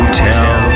tell